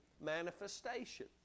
Manifestation